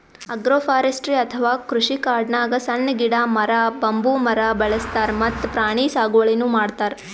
agroforestry ಅಥವಾ ಕೃಷಿಕಾಡ್ನಾಗ್ ಸಣ್ಣ್ ಗಿಡ, ಮರ, ಬಂಬೂ ಮರ ಬೆಳಸ್ತಾರ್ ಮತ್ತ್ ಪ್ರಾಣಿ ಸಾಗುವಳಿನೂ ಮಾಡ್ತಾರ್